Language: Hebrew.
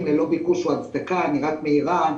ללא ביקוש וללא הצדקה" אני רק מעירה,